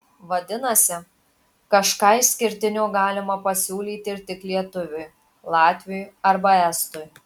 vadinasi kažką išskirtinio galima pasiūlyti ir tik lietuviui latviui arba estui